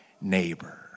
neighbor